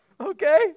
Okay